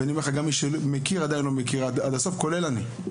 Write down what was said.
ואני אומר לך גם מי שמכיר עדיין לא מכיר עד הסוף כולל אני,